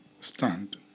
stand